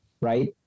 right